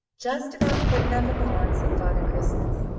just about putting of em on said father christmas.